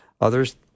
others